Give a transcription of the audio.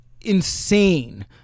insane